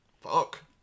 fuck